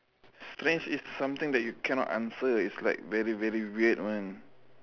strange is something that you cannot answer it's very very weird [one]